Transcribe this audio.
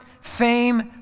fame